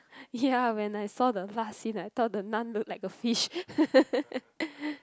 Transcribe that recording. ya when I saw the last scene I thought the Nun look like a fish